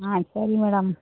ஆ சரி மேடம்